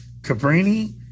Cabrini